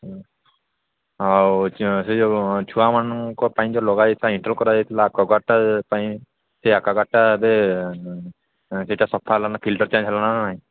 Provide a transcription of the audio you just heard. ଆଉ ସେ ଯୋଉ ଛୁଆମାନଙ୍କ ପାଇଁ ଯୋଉ ଲଗାହୋଇଥିଲା ଏଣ୍ଟର କରାଯାଇଥିଲା ଆକ୍ୱାଗାର୍ଡ୍ଟା ପାଇଁ ସେ ଆକ୍ୱାଗାର୍ଡ୍ଟା ଏବେ ସେଇଟା ସଫା ହେଲାନା ଫିଲ୍ଟର ଚେଞ୍ଜ୍ ହେଲାନା ନାହିଁ